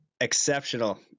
exceptional